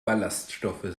ballaststoffe